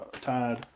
tied